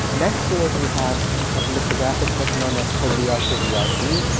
next to it, we have a lithographic book known as kuliyat-i riyazi.